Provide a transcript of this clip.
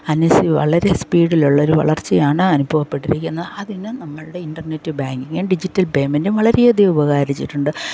അനുസി വളരെ സ്പീഡിൽ ഉള്ള ഒരു വളർച്ചയാണ് അനുഭവപ്പെട്ടിരിക്കുന്നത് അതിന് നമ്മളുടെ ഇന്റ്റർനെറ്റ് ബാങ്കിംഗ് ഡിജിറ്റൽ പേയ്മെൻറ്റും വളരെയധികം ഉപകരിച്ചിട്ടുണ്ട്